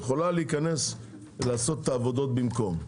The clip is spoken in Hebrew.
יכולה להיכנס ולעשות את העבודות במקום,